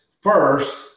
first